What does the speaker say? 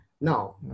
Now